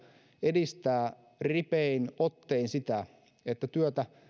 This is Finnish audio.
edistää ripein ottein sitä että työtä